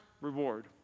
reward